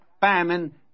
famine